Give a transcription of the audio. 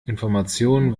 informationen